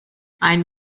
ein